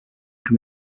can